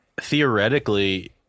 theoretically